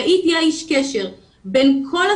היחידה